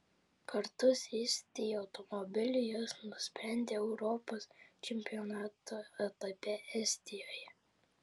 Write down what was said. kartu sėsti į automobilį jos nusprendė europos čempionato etape estijoje